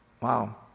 Wow